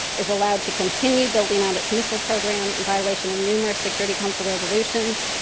is allowed to continue building out its missile program in violation of numerous security council resolutions,